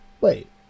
wait